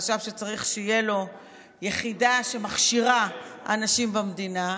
חשב שצריך שתהיה לו יחידה שמכשירה אנשים במדינה,